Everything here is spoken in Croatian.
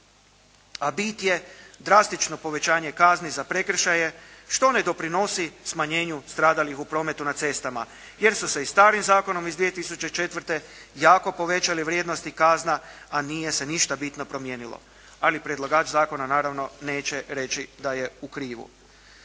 a bit je drastično povećanje kazni za prekršaje što ne doprinosi smanjenju stradalih u prometu na cestama, jer su se i starim zakonom iz 2004. jako povećale vrijednosti kazna, a nije se ništa bitno promijenilo. Ali predlagač zakona naravno neće reći da je u krivu.